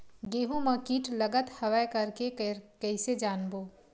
गेहूं म कीट लगत हवय करके कइसे जानबो?